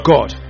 God